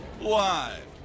Live